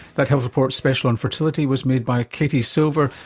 that health report special on fertility was made by katie silver,